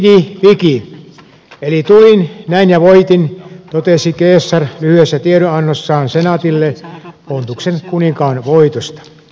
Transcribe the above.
veni vidi vici eli tulin näin ja voitin totesi caesar lyhyessä tiedonannossaan senaatille pontuksen kuninkaan voitosta